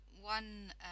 One